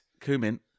Cumin